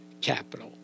capital